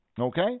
okay